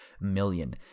million